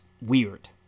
weird